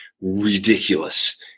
ridiculous